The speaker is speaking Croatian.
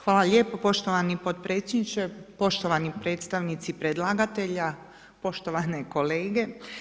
Hvala lijepo, poštovani potpredsjedniče, poštovani predstavnici predlagatelja, poštovane kolege.